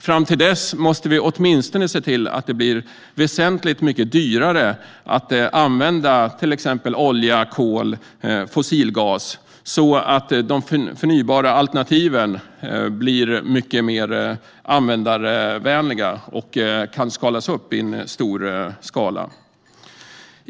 Fram till dess måste vi åtminstone se till att det blir väsentligt dyrare att använda till exempel olja, kol och fossilgas så att de förnybara alternativen blir mycket mer användarvänliga och kan utnyttjas i stor skala.